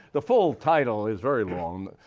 the full title is very long.